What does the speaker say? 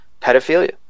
pedophilia